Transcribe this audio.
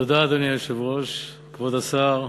אדוני היושב-ראש, תודה, כבוד השר,